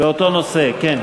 באותו נושא, כן.